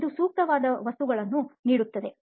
ಇದು ಸೂಕ್ತವಾದ ವಸ್ತುಗಳನ್ನು ನೀಡುತ್ತದೆ